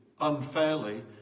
unfairly